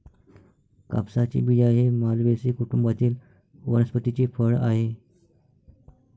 कापसाचे बिया हे मालवेसी कुटुंबातील वनस्पतीचे फळ आहे